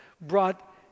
brought